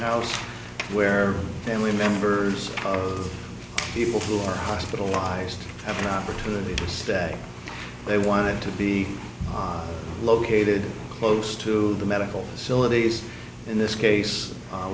house where family members of people who are hospitalized have an opportunity to stay they wanted to be located close to the medical facilities in this case